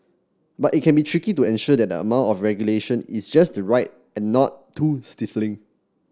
but it can be tricky to ensure that the amount of regulation is just right and not too stifling